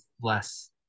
less